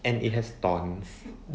and it has thorns